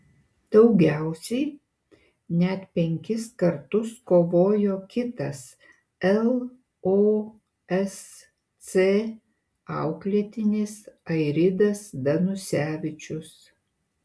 daugiausiai net penkis kartus kovojo kitas losc auklėtinis airidas danusevičius